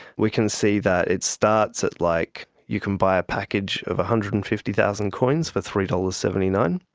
we can see that it starts at like, you can buy a package of one hundred and fifty thousand coins for three dollars. seventy nine,